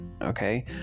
Okay